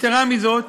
יתרה מזו,